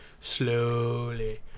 slowly